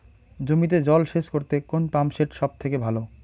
জমিতে জল সেচ করতে কোন পাম্প সেট সব থেকে ভালো?